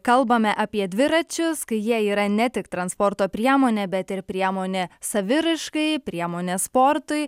kalbame apie dviračius kai jie yra ne tik transporto priemonė bet ir priemonė saviraiškai priemonė sportui